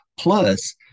Plus